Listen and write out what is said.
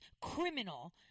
criminal